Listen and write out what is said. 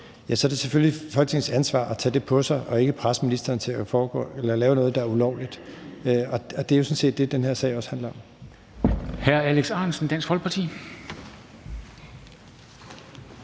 så er det selvfølgelig Folketingets ansvar at tage det på sig og ikke presse ministeren til at lave noget, der er ulovligt. Det er jo sådan set det, den her sag også handler om.